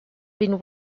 been